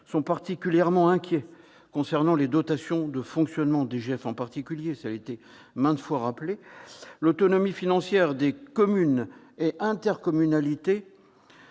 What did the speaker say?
sont particulièrement inquiets concernant les dotations de fonctionnement ; je pense en particulier à la DGF, ce qui a été maintes fois évoqué. L'autonomie financière des communes et des intercommunalités